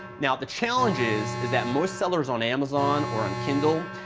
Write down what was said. now, the challenge is, is that most sellers on amazon or on kindle,